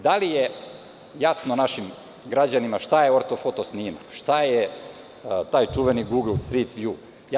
Da li je jasno našim građanima šta je ortofoto snimak, šta je taj čuveni „gugl strit vju“